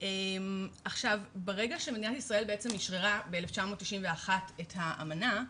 ברגע שמדינת ישראל אישררה ב-1991 את האמנה,